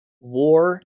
war